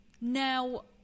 Now